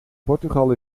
portugal